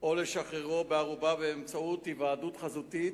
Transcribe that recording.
או לשחררו בערובה באמצעות היוועדות חזותית,